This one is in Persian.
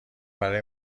برای